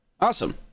Awesome